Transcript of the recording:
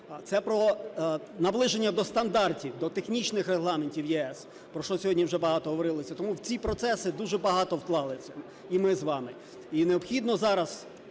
Це про наближення до стандартів, до технічних регламентів ЄС, про що сьогодні вже багато говорилося. Тому в ці процеси дуже багато вклалися і ми з вами. І необхідно затвердити